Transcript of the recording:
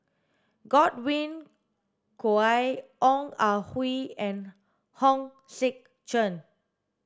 Godwin Koay Ong Ah Hoi and Hong Sek Chern